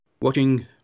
watching